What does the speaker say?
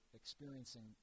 experiencing